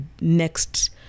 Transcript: next